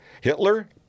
Hitler